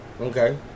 okay